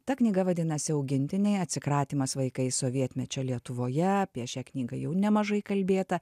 ta knyga vadinasi augintiniai atsikratymas vaikais sovietmečio lietuvoje apie šią knygą jau nemažai kalbėta